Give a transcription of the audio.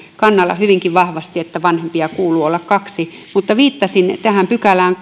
kannalla hyvinkin vahvasti että vanhempia kuuluu olla kaksi mutta viittasin tähän kolmanteenkymmenenteenkuudenteen pykälään